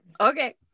okay